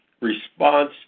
response